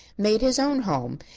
made his own home,